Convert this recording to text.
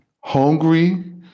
hungry